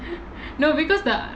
no because the